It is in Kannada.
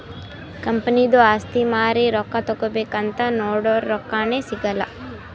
ಕಂಪನಿದು ಆಸ್ತಿ ಮಾರಿ ರೊಕ್ಕಾ ತಗೋಬೇಕ್ ಅಂತ್ ನೊಡುರ್ ರೊಕ್ಕಾನೇ ಸಿಗಲ್ಲ